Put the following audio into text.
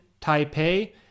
Taipei